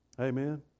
amen